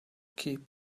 keep